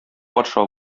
патша